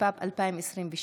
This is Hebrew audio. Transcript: התשפ"ב 2022,